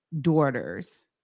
daughters